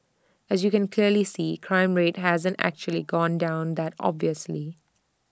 as you can clearly see crime rate hasn't actually gone down that obviously